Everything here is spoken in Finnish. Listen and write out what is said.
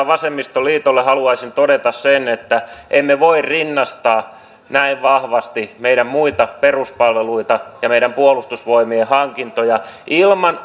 vasemmistoliitolle haluaisin todeta sen että emme voi rinnastaa näin vahvasti meidän muita peruspalveluita ja meidän puolustusvoimien hankintoja ilman